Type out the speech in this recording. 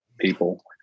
people